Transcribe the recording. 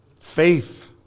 faith